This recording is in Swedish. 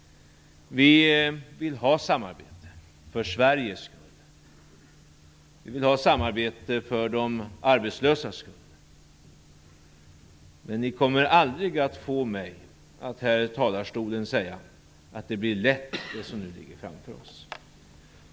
Vi vill ha samarbete för Sveriges skull. Vi vill ha samarbete för de arbetslösas skull. Men ni kommer aldrig att få mig att här i talarstolen säga att det blir lätt det som nu ligger framför oss.